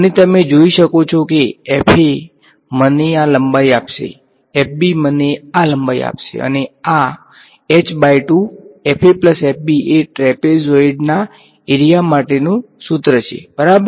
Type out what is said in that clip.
અને તમે જોઈ શકો છો કે મને આ લંબાઈ આપશે મને આ લંબાઈ આપશે અને આ એ ટ્રેપેઝોઈડના એરીયા માટેનું સૂત્ર છે બરાબર